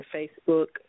Facebook